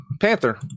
Panther